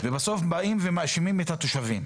ובסוף באים ומאשימים את התושבים.